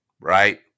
Right